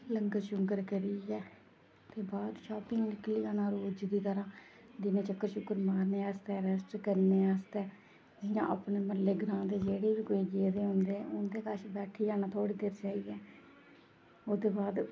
लंगर शंगर करियै ते बाद शॉपिंग निकली जाना रोज़ दी तरह दिनें चक्कर चुक्कर मारने अस ते रैस्ट करने आस्तै जियां अपने म्हल्लें ग्रांऽ दे जेह्ड़े बी कोई गेदे होंदे उं'दे कश बैठी जाना थोह्ड़े देर जाइयै ओह्दे बाद